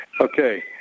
Okay